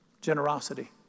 Generosity